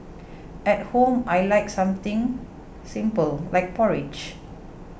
at home I like something simple like porridge